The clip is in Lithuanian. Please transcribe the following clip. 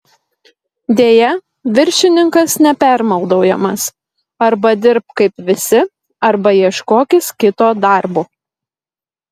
deja viršininkas nepermaldaujamas arba dirbk kaip visi arba ieškokis kito darbo